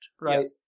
right